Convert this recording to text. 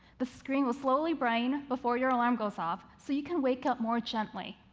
the screen will slowly brighten before your alarm goes off so you can make up more gently.